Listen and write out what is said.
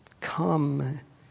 Come